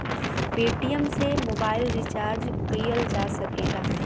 Paytm से mobile recharge किहल जा सकला